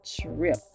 trip